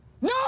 no